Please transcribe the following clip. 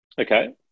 Okay